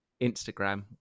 Instagram